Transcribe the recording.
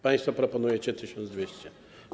Państwo proponujecie 1200 zł.